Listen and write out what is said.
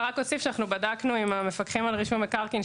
אני רק אוסיף שאנחנו בדקנו עם המפקחים על רישום מקרקעין,